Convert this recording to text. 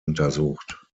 untersucht